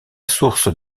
source